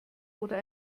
oder